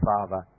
Father